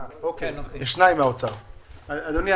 אדוני,